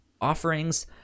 offerings